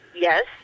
Yes